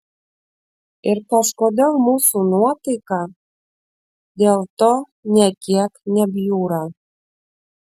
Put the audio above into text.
ir kažkodėl mūsų nuotaika dėl to nė kiek nebjūra